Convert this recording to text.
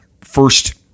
first